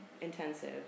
intensive